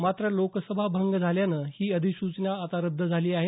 मात्र लोकसभा भंग झाल्यानं ही अधिसूचना आता रद्द झाली आहे